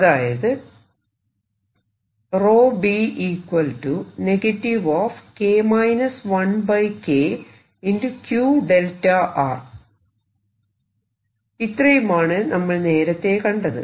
അതായത് ഇത്രയുമാണ് നമ്മൾ നേരത്തെ കണ്ടത്